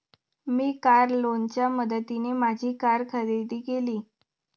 मी car लोनच्या मदतीने माझी कार खरेदी केली